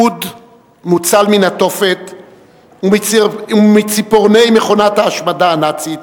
אוד מוצל מן התופת ומציפורני מכונת ההשמדה הנאצית,